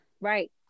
right